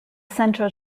central